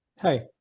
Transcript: Hi